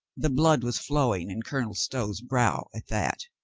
the blood was flow ing in colonel stow's brow at that.